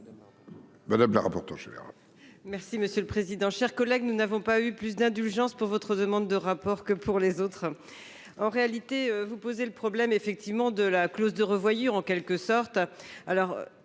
Mme la rapporteure générale